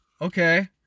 okay